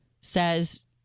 Says